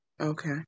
Okay